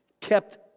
kept